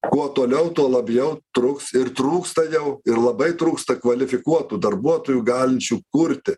kuo toliau tuo labjau truks ir trūksta jau ir labai trūksta kvalifikuotų darbuotojų galinčių kurti